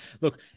Look